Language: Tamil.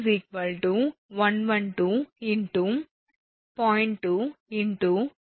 5x கொடுக்கப்பட்டுள்ளது